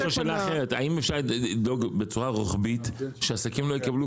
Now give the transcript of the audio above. האם אפשר לדאוג בצורה רוחבית שעסקים לא יקבלו